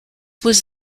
was